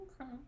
Okay